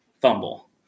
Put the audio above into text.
fumble